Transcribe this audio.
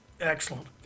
Excellent